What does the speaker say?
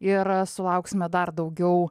ir sulauksime dar daugiau